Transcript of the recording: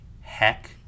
heck